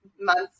months